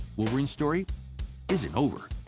wolverine's story isn't over,